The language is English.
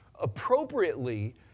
Appropriately